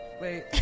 Wait